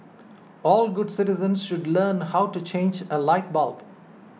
all good citizens should learn how to change a light bulb